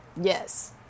Yes